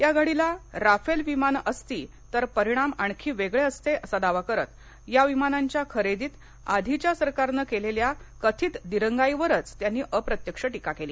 या घडीला राफेल विमानं असती तर परिणाम आणखी वेगळे असते असा दावा करत या विमानांच्या खरेदीत आधीच्या सरकारनं केलेल्या कथित दिरंगाईवरच त्यांनी अप्रत्यक्ष टीका केली